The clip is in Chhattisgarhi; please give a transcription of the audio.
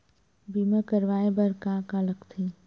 बीमा करवाय बर का का लगथे?